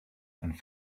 and